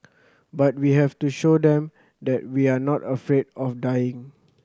but we have to show them that we are not afraid of dying